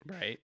Right